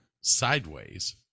sideways